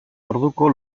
orduko